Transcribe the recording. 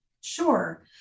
Sure